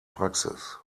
praxis